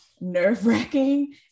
nerve-wracking